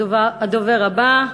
הדובר הבא,